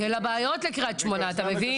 כי אין לה בעיות, קריית שמונה, אתה מבין?